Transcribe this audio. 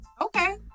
Okay